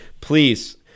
please